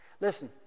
Listen